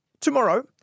Tomorrow